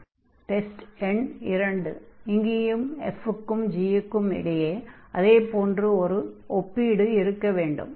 அதைப் போல் டெஸ்ட் எண் 2 இங்கேயும் f க்கும் g க்கும் இடையே அதே போன்ற ஓர் ஒப்பீடு இருக்க வேண்டும்